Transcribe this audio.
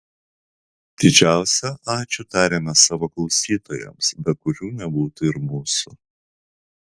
didžiausią ačiū tariame savo klausytojams be kurių nebūtų ir mūsų